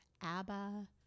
Abba